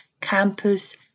campus